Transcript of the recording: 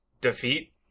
defeat